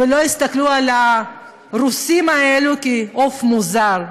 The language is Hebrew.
ולא יסתכלו על "הרוסים האלה" כעל עוף מוזר.